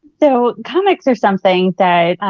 so comics are something that,